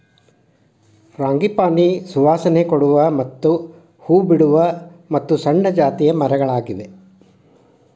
frangipani ಸುವಾಸನೆ ಕೊಡುವ ಮತ್ತ ಹೂ ಬಿಡುವ ಮತ್ತು ಸಣ್ಣ ಜಾತಿಯ ಮರಗಳಾಗಿವೆ